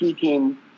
team